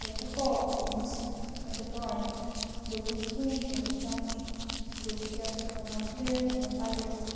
یَتھ ہَہ فاک دوٚپمَس اَچھا کانٛٹہٕ دوٚپُن سُپوٗن دوٚپمَس چَمچہٕ دوٚپُن کیٛاہ چھِ اَتھ وَنان پٕلیٹ دوٚپمَس پَلیٹہٕ